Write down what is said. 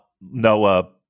Noah